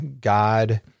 God